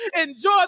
enjoy